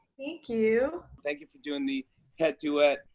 thank you. thank you for doing the pet duet.